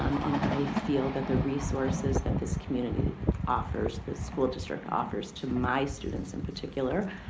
um and i feel that the resources that this community offers, the school district offers to my students in particular,